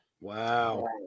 Wow